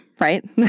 right